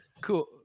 cool